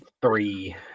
three